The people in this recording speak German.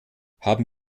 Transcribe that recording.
haben